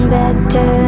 better